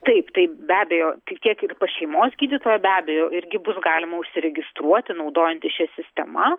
taip tai be abejo tik tiek ir pas šeimos gydytoją be abejo irgi bus galima užsiregistruoti naudojantis šia sistema